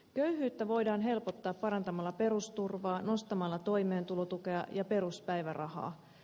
köyhyyttä voidaan helpottaa parantamalla perusturvaa nostamalla toimeentulotukea ja peruspäivärahaa